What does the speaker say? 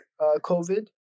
COVID